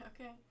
okay